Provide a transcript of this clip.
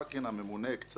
הממונה הקצה אליה.